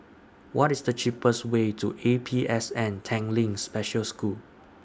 What IS The cheapest Way to A P S N Tanglin Special School